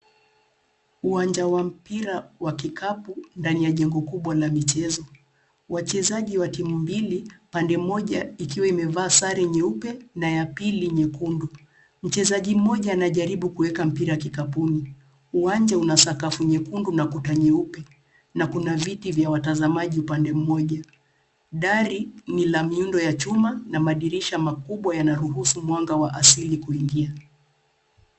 Uwanja wa mpira wa kikapu ndani ya jengo kubwa la michezo. Wachezaji wa timu mbili pande moja ikiwa imevaa sare nyeupe na ya pili nyekundu. Mchezaji mmoja anajaribu kuweka mpira kikapuni. Uwanja una safu nyekundu na kuta nyeupe na kuna viti vya watazamaji upande moja. Dari ni la miundo wa chuma na madirisha makubwa yana ruhusu mwanga wa asili kuingia.